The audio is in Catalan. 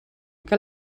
que